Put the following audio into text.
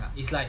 is like